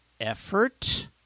effort—